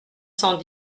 cent